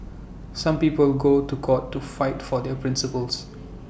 some people go to court to fight for their principles